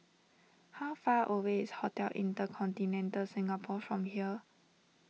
how far away is Hotel Intercontinental Singapore from here